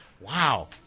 Wow